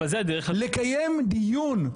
לקיים דיון,